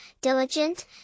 diligent